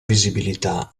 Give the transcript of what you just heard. visibilità